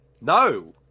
No